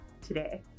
today